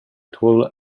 tool